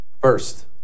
First